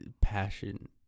passion